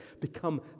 become